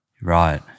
Right